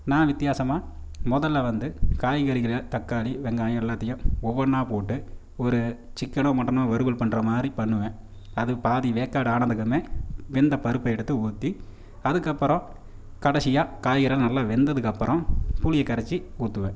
நான் வித்தியாசமாக முதல்ல வந்து காய்கறிகளை தக்காளி வெங்காயம் எல்லாத்தையும் ஒவ்வொன்றா போட்டு ஒரு சிக்கனோ மட்டனோ வறுவல் பண்றமாதிரி பண்ணுவேன் அது பாதி வேக்காடு ஆனதுக்குமே வெந்த பருப்பை எடுத்து ஊற்றி அதுக்கப்புறம் கடைசியாக காய்கறி நல்லா வெந்ததுக்கு அப்புறம் புளிய கரைத்து ஊற்றுவேன்